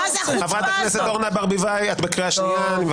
חבר הכנסת גלעד קריב, אתה בקריאה ראשונה.